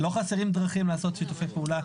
לא חסרים דרכים לעשות שיתופי פעולה.